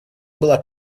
было